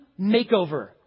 makeover